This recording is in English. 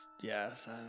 Yes